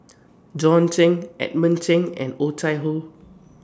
John Clang Edmund Cheng and Oh Chai Hoo